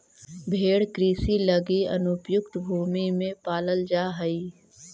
भेंड़ कृषि लगी अनुपयुक्त भूमि में पालल जा हइ